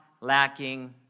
lacking